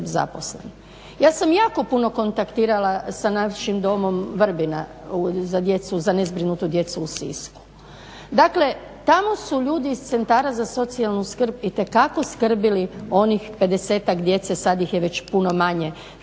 Ja sam jako puno kontaktirala sa našim domom Vrbina za nezbrinutu djecu u Sisku. Dakle tamo su ljudi iz centara za socijalnu skrb itekako skrbili o onih 50-tak djece, sad ih je već puno manje